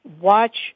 watch